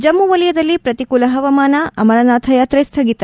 ಜಮ್ನು ವಲಯದಲ್ಲಿ ಪ್ರತಿಕೂಲ ಹವಾಮಾನ ಅಮರನಾಥ ಯಾತ್ರೆ ಸ್ವಗಿತ